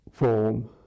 form